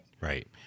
Right